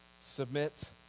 Submit